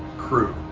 crew?